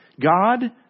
God